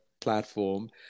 platform